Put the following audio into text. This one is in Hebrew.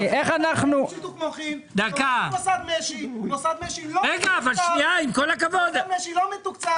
מוסד משי לא מתוקצב.